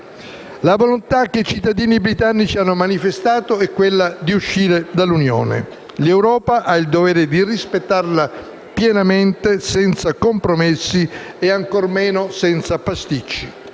La volontà che i cittadini britannici hanno manifestato è quella di uscire dall'Unione e l'Europa ha il dovere di rispettarla pienamente, senza compromessi e ancor meno senza pasticci.